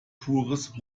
pures